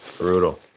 brutal